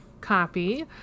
copy